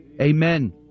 Amen